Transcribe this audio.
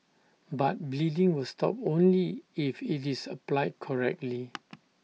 but bleeding will stop only if IT is applied correctly